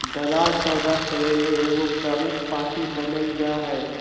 दलाल सौदा करे ले एगो प्रमुख पार्टी बन जा हइ